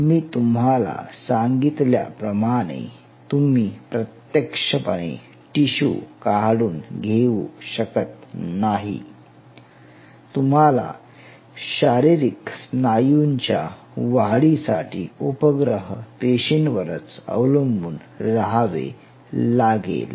मी तुम्हाला सांगितल्याप्रमाणे तुम्ही प्रत्यक्ष पणे टिशू काढून घेऊ शकत नाही तुम्हाला शारीरिक स्नायूंच्या वाढीसाठी उपग्रह पेशींवरच अवलंबून राहावे लागेल